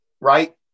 right